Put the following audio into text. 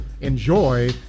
Enjoy